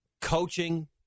coaching